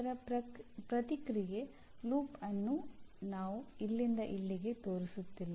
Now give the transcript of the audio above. ಇದರ ಪ್ರತಿಕ್ರಿಯೆ ಆವರ್ತನೆಯನ್ನು ನಾವು ಇಲ್ಲಿಂದ ಇಲ್ಲಿಗೆ ತೋರಿಸುತ್ತಿಲ್ಲ